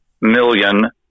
million